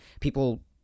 People